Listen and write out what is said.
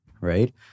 right